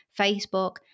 Facebook